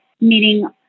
meeting